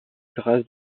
grâce